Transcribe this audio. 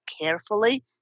carefully